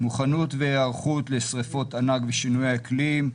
מוכנות והיערכות לשריפות ענק ושינויי אקלים,